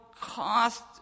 cost